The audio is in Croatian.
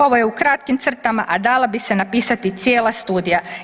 Ovo je u kratkim crtama, a dalo bi se napisati cijela studija.